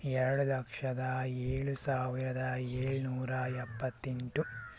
ಎರ್ಡು ಲಕ್ಷದ ಏಳು ಸಾವಿರದ ಏಳುನೂರ ಎಪ್ಪತ್ತೆಂಟು